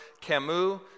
Camus